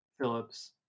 Phillips